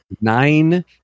nine